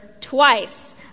twice